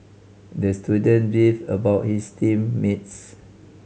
the student beefed about his team mates